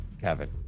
Kevin